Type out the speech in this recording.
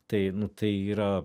tai nu tai yra